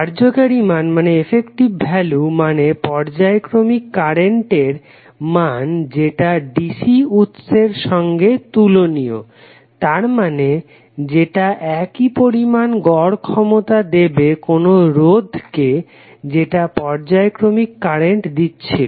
কার্যকারী মান মানে পর্যায়ক্রমিক কারেন্টের মান যেটা DC উৎসের সঙ্গে তুলনীয় তারমানে যেটা একই পরিমাণ গড় ক্ষমতা দেবে কোনো রোধ কে যেটা পর্যায়ক্রমিক কারেন্ট দিচ্ছিল